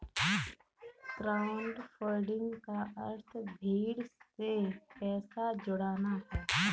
crowdfunding का अर्थ भीड़ से पैसा जुटाना है